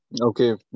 Okay